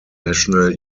national